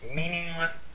meaningless